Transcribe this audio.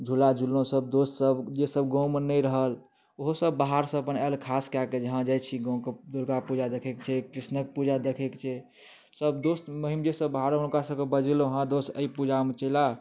झूला झूललहुँ सब दोस्त सब जे सब गाँवमे नहि रहल ओहो सब बाहरसँ अपन आएल खास कए कऽ जे हँ जाइत छी गाँव कऽ दुर्गापूजा देखै कऽ छै कृष्णक पूजा देखै कऽ छै सब दोस्त महिम जे सब बाहर रहल हुनका सब कऽ बजेलहुँ हँ दोस एहि पूजामे चलि आ